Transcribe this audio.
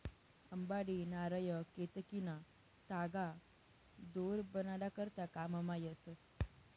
अंबाडी, नारय, केतकीना तागा दोर बनाडा करता काममा येतस